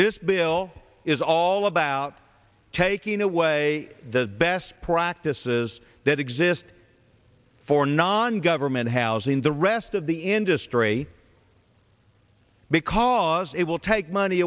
this bill is all about taking away the best practices that exist for non government housing the rest of the industry because it will take money